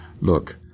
look